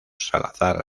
salazar